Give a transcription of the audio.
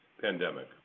pandemic